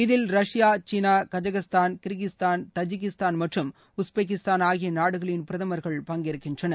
இதில் Russia China Kazakhstan Kyrgyzstan Tajikistan மற்றும் Uzbekistan ஆகிய நாடுகளின் பிரதமர்கள் பங்கேற்கின்றனர்